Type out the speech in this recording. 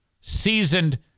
seasoned